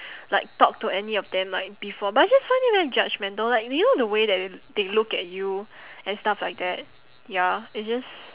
like talk to any of them like before but I just find it very judgmental like you know the way that they look at you and stuff like that ya it's just